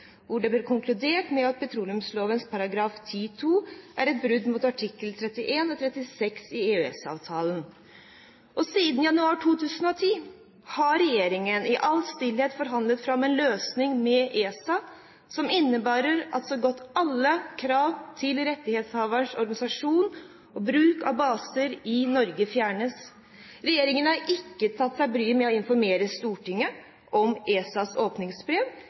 hvor det ble konkludert med at petroleumsloven § 10-2 er et brudd mot artikkel 31 og artikkel 36 i EØS-avtalen. Siden januar 2010 har regjeringen i all stillhet forhandlet fram en løsning med ESA som innebærer at så godt som alle krav til rettighetshaveres organisasjon og bruk av baser i Norge fjernes. Regjeringen har ikke tatt seg bryet med å informere Stortinget om ESAs åpningsbrev,